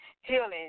Healing